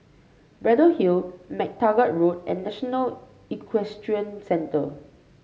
Braddell Hill MacTaggart Road and National Equestrian Centre